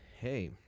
hey